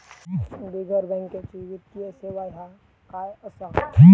बिगर बँकेची वित्तीय सेवा ह्या काय असा?